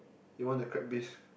you want the crab bisque